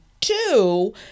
two